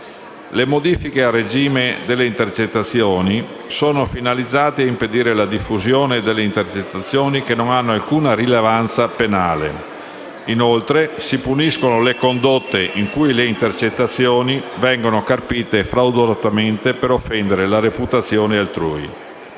Le modifiche al regime delle intercettazioni sono finalizzate a impedire la diffusione delle intercettazioni che non hanno alcuna rilevanza penale. Inoltre, si puniscono le condotte in cui le intercettazioni vengono carpite fraudolentemente, per offendere la reputazione altrui.